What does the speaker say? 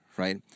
Right